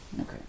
Okay